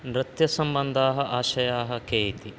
नृत्यसम्बन्धाः आश्रयाः के इति